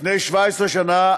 לפני 17 שנה,